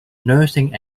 nursing